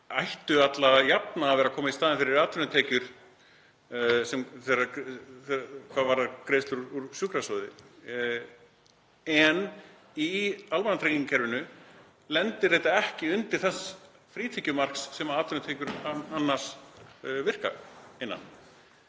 ættu alla jafna að vera að koma í staðinn fyrir atvinnutekjur hvað varðar greiðslur úr sjúkrasjóði en í almannatryggingakerfinu lendir þetta ekki undir því frítekjumarki sem atvinnutekjur virka annars